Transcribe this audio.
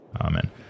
Amen